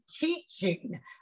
teaching